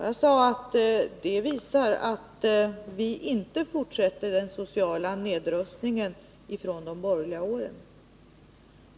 Jag sade att det visar att vi inte fortsätter den sociala nedrustningen från de borgerliga åren.